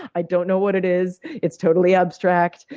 i don't know what it is. it's totally abstract.